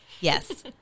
Yes